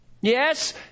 Yes